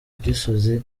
gisozi